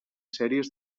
sèries